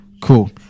Cool